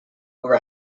over